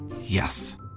Yes